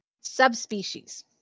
Subspecies